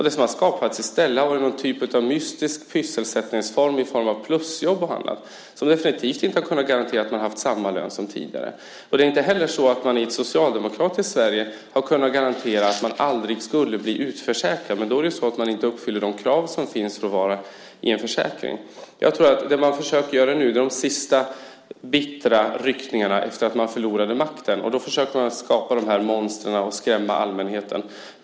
Det som har skapats i stället har varit någon mystisk pysselsättningsform i form av plusjobb och annat. Det har definitivt inte kunnat garantera att människor har haft samma lön som tidigare. Det är inte heller så att man i ett socialdemokratiskt Sverige har kunnat garantera att människor aldrig skulle bli utförsäkrade, utan de uppfyller inte de krav som finns för att vara i en försäkring. Det som sker nu är de sista bittra ryckningarna efter det att man förlorade makten. Man försöker att skapa dessa monster och skrämma allmänheten.